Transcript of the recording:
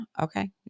Okay